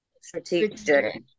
strategic